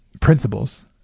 principles